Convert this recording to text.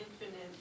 infinite